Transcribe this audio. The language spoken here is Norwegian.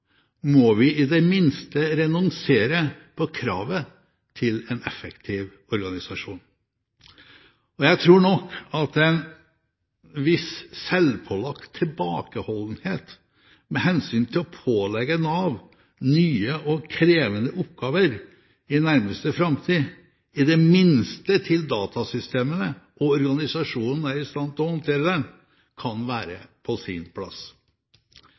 må vi i det minste renonsere på kravet til en effektiv organisasjon. Jeg tror nok at en viss selvpålagt tilbakeholdenhet med hensyn til å pålegge Nav nye og krevende oppgaver i nærmeste framtid, i det minste til datasystemene og organisasjonen er i stand til å håndtere dem, kan være på sin plass.